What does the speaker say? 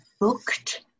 booked